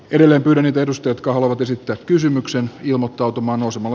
edellä yhden edustajat kalvot esittää kysymyksen ilmottautumaan usvaa